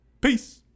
Peace